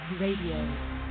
Radio